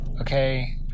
Okay